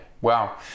wow